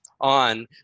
on